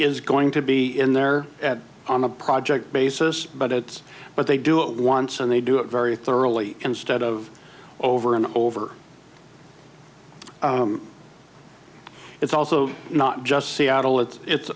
is going to be in there on a project basis but it's but they do it once and they do it very thoroughly instead of over and over it's also not just seattle it's